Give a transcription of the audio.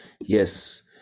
Yes